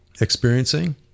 experiencing